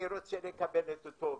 אני רוצה לקבל את אותו עובד.